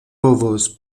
povos